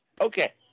Okay